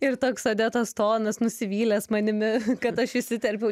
ir toks odetos tonas nusivylęs manimi kad aš įsiterpiau